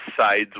sides